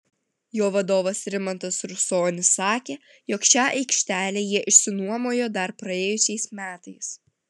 jo vadovas rimantas rusonis sakė jog šią aikštelę jie išsinuomojo dar praėjusiais metais